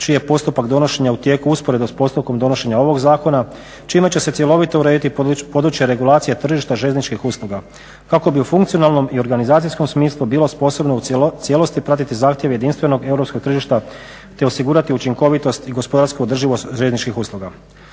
čiji je postupak donošenja u tijeku usporedo s postupkom donošenja ovog zakona čime će se cjelovito urediti područje regulacije tržišta željezničkih usluga kako bi u funkcionalnom i organizacijskom smislu bilo sposobno u cijelosti pratiti zahtjeve jedinstvenog europskog tržišta, te osigurati učinkovitost i gospodarsku održivost željezničkih usluga.